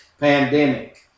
pandemic